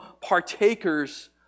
partakers